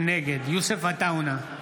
נגד יוסף עטאונה,